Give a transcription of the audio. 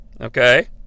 Okay